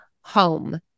home